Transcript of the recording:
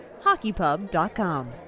HockeyPub.com